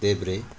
देब्रे